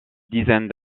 dizaine